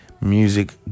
Music